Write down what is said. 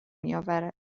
میاورد